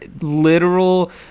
literal